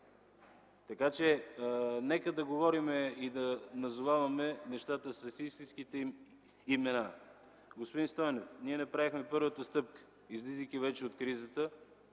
Така че нека да говорим и да назоваваме нещата с истинските им имена. Господин Стойнев, ние направихме първата стъпка, излизайки вече от кризата,